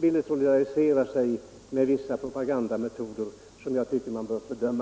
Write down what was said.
ville solidarisera sig med vissa propagandametoder som jag tycker man bör fördöma.